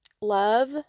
love